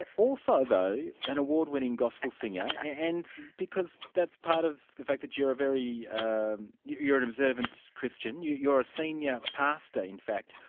and also though an award-winning gospel singer yeah and because that's part of the fact that you're a very and observant christian you're you're a senior pastor in fact,